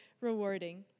rewarding